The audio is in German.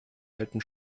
alten